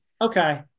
okay